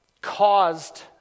caused